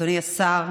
אדוני השר,